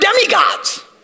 demigods